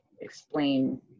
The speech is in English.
explain